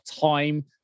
time